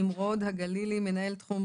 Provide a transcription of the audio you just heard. נמרוד הגלילי, מנהל תחום